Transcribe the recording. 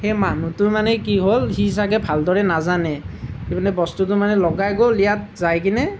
সেই মানুহটোৰ মানে কি হ'ল সি চাগে ভালদৰে নাজানে সি মানে বস্তুটো মানে লগাই গ'ল ইয়াত যাই কিনে